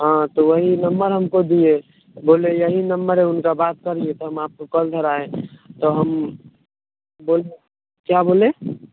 हाँ तो वही नंबर हमको दिए बोले यही नंबर है उनका बात करिए तो हम आपको कॉल धराए तो हम बोलिए क्या बोले